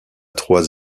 trois